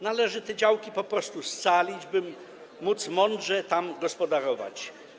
Należy te działki po prostu scalić, by móc mądrze tam gospodarować.